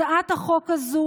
הצעת החוק הזו